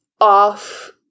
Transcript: off